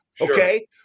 Okay